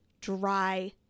dry